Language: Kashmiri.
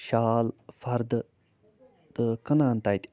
شال فردٕ تہٕ کٕنان تَتہِ